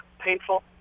painful